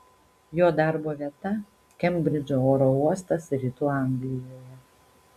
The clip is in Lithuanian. jo darbo vieta kembridžo oro uostas rytų anglijoje